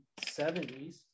70s